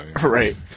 Right